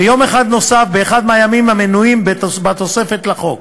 ויום אחד נוסף באחד מהימים המנויים בתוספת לחוק.